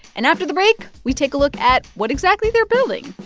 and after the break, we take a look at what exactly they're building